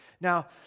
Now